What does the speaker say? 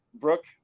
brooke